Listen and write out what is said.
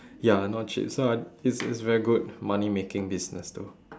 ya not cheap so I it's it's very good money making business though